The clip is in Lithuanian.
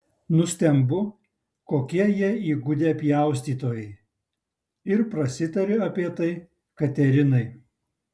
nustembu kokie jie įgudę pjaustytojai ir prasitariu apie tai katerinai